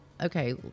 Okay